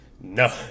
no